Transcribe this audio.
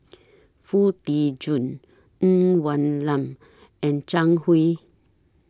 Foo Tee Jun Ng Woon Lam and Zhang Hui